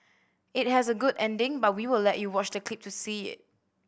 it has a good ending but we will let you watch the clip to see it